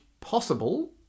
possible